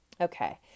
Okay